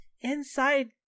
inside